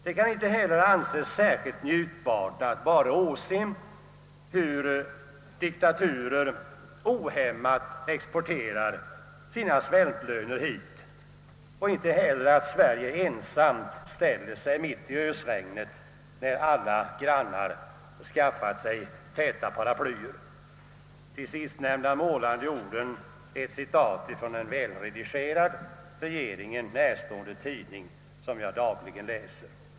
Det kan inte heller anses särskilt njutbart att bara åse hur »diktaturer ohämmat exporterar sina svältlöner hit och inte heller att Sverige ensamt ställer sig mitt i ösregnet när alla grannar skaffar sig täta paraplyer». Dessa målande ord är hämtade ur en välredigerad, regeringen närstående tidning som jag dagligen läser.